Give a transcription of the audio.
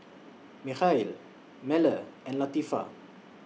Mikhail Melur and Latifa